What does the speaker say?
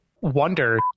wonder